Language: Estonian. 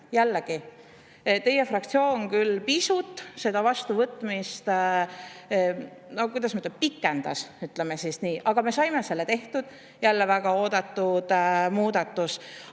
Jällegi, teie fraktsioon küll pisut selle vastuvõtmist, kuidas ma ütlen, pikendas, ütleme siis nii, aga me saime selle tehtud. Jälle väga oodatud muudatus.